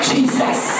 Jesus